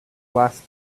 last